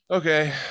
Okay